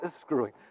screwing